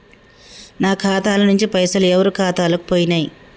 నా ఖాతా ల నుంచి పైసలు ఎవరు ఖాతాలకు పోయినయ్?